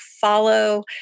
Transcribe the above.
follow